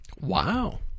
Wow